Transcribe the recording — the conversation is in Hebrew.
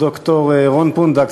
ד"ר רון פונדק,